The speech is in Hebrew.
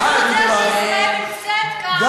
בזכות זה, נו, ומי היום בכותל?